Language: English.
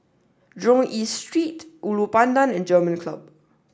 Jurong East Street Ulu Pandan and German Club